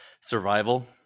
Survival